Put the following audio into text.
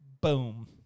Boom